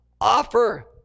offer